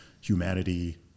humanity